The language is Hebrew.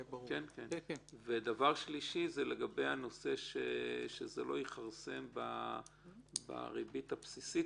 דבר שלישי, שזה לא יכרסם בריבית הבסיסית.